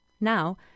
Now